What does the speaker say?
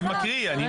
אני מקריא.